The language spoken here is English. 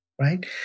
right